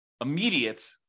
immediate